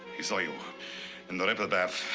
he saw you in the ripple bath.